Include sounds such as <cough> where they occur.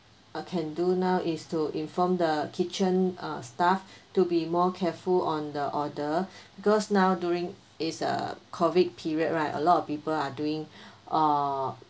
uh can do now is to inform the kitchen uh staff to be more careful on the order <breath> cause now during it's a COVID period right a lot of people are doing <breath> uh